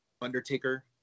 Undertaker